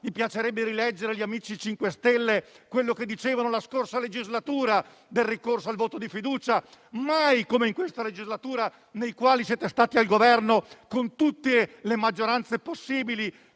Mi piacerebbe rileggere agli amici del MoVimento 5 Stelle quello che dicevano nella scorsa legislatura sul ricorso al voto di fiducia; mai come in questa legislatura, nella quale siete stati al Governo con tutte le maggioranze possibili,